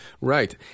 Right